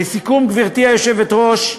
לסיכום, גברתי היושבת-ראש,